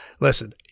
Listen